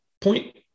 point